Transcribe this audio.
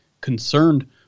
concerned